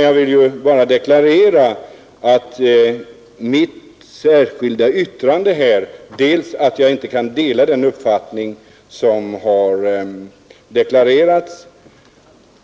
Jag vill poängtera att mitt särskilda yttrande föranletts av att jag inte kan dela uppfattningen dels